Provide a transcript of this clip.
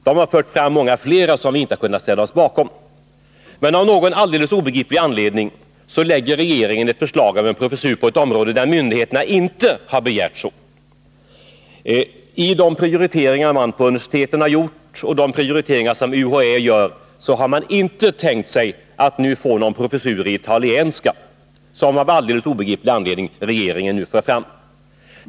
De har fört fram många fler, som vi inte har kunnat ställa oss bakom, men av någon alldeles obegriplig anledning lägger regeringen fram förslag om en professur på ett område där myndigheterna inte har begärt någon. I de prioriteringar man har gjort på universiteten och på UHÄ har man inte tänkt sig att nu få någon professur i italienska, som regeringen alltså av någon alldeles obegriplig anledning för fram.